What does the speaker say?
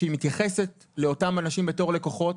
כשהיא מתייחסת לאותם אנשים בתור לקוחות,